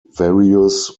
various